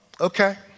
Okay